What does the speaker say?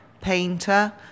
painter